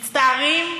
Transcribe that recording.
מצטערים,